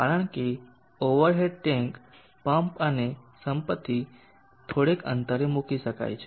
કારણ કે overhead tank pump અને સમ્પથી થોડેક અંતરે મૂકી શકાય છે